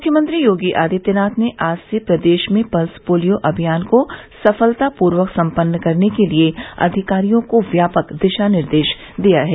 मुख्यमंत्री योगी आदित्यनाथ ने आज से प्रदेश में पल्स पोलियो अभियान को सफलता पूर्वक सम्पन्न करने के लिये अधिकारियों को व्यापक दिशा निर्देश दिया है